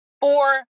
four